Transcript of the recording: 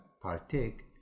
partake